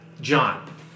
John